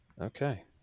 Okay